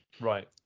Right